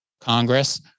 Congress